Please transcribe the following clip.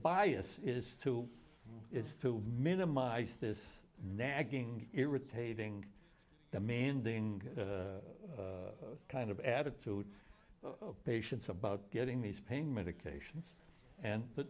bias is to it's to minimize this nagging irritating demanding kind of attitude patients about getting these pain medications and th